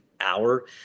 hour